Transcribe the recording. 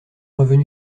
revenu